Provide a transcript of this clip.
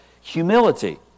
humility